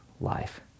life